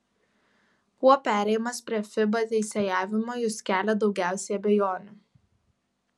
kuo perėjimas prie fiba teisėjavimo jus kelia daugiausiai abejonių